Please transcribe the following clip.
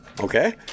okay